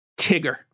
Tigger